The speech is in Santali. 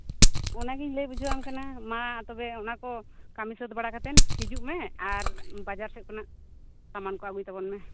ᱚᱱᱟ ᱜᱤᱧ ᱞᱟᱹᱭ ᱵᱩᱡᱷᱟᱹᱣᱟᱢ ᱠᱟᱱᱟ ᱢᱟ ᱛᱚᱵᱮ ᱚᱱᱟ ᱠᱚ ᱠᱟᱹᱢᱤ ᱥᱟᱹᱛ ᱵᱟᱲᱟ ᱠᱟᱛᱮᱫ ᱦᱤᱡᱩᱜ ᱢᱮ ᱟᱨ ᱵᱟᱡᱟᱨ ᱥᱮᱫ ᱠᱷᱚᱱᱟᱜ ᱥᱟᱢᱟᱱ ᱠᱚ ᱟᱹᱜᱩᱭ ᱛᱟᱵᱚᱱ ᱢᱮ